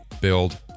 build